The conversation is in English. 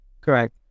Correct